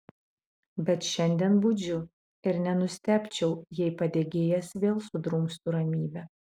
bet šiandien budžiu ir nenustebčiau jei padegėjas vėl sudrumstų ramybę